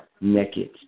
naked